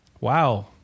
wow